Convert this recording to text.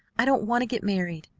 i don't want to get married,